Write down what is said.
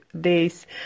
days